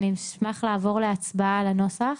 אני אשמח לעבור להצבעה על הנוסח.